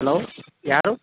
hello ಯಾರು